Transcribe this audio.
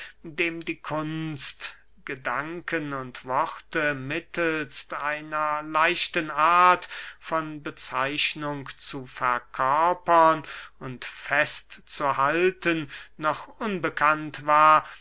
dem die kunst gedanken und worte mittelst einer leichten art von bezeichnung zu verkörpern und festzuhalten noch unbekannt war